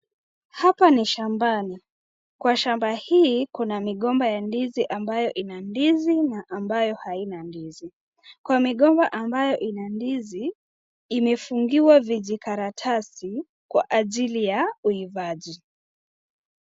Hapa ni shambani, kwa shamba hii kuna migomba ya ndizi ambayo ina ndizi na ambayo haina ndizi. Kwa migomba ambayo ina ndizi, imefungiwa vijikaratasi kwa ajili ya uivaji.